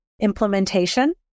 implementation